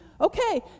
Okay